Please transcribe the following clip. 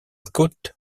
côte